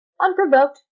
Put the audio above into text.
Unprovoked